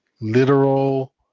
literal